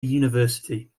university